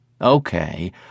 Okay